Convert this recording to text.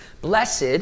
Blessed